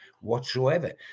whatsoever